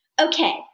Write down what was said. Okay